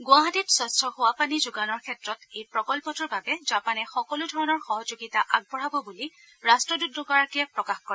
গুৱাহাটীত স্বছ্ খোৱাপানী যোগানৰ ক্ষেত্ৰত এই প্ৰকল্পটোৰ বাবে জাপানে সকলোধৰণৰ সহযোগিতা আগবঢ়াব বুলি ৰাট্টদূতগৰাকীয়ে প্ৰকাশ কৰে